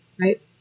right